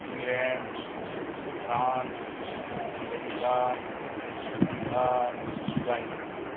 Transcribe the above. England France America Africa China